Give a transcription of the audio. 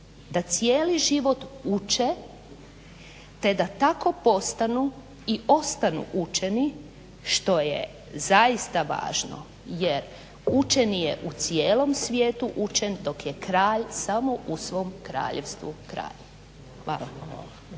da cijeli život uče te da tako postanu i ostanu učeni što je zaista važno jer učen je u cijelom svijetu učen dok je kralj samo u svom kraljevstvu kralj. Hvala.